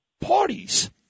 parties